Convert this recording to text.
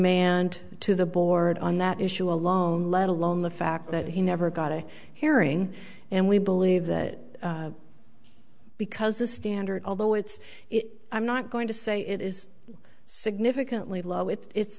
and to the board on that issue alone let alone the fact that he never got a hearing and we believe that because the standard although it's it i'm not going to say it is significantly low